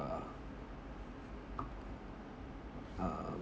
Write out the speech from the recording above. uh uh